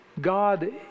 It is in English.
God